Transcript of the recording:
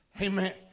Amen